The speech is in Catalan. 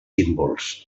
símbols